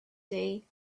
day